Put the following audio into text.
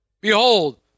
Behold